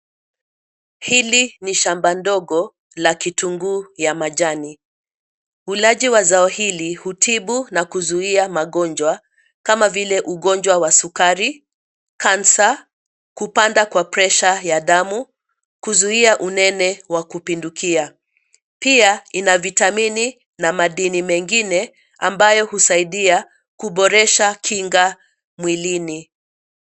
Hili ni shamba ndogo la kitunguu ya majani. Ulaji wa zao hili hutibu na kuzuia magonjwa kama vile ugonjwa wa sukari, cancer , kupanda kwa pressure ya damu, kuzuia unene wa kupindukia. Pia ina vitamini na madini mengine ambayo husaidia kuboresha kinga mwilini.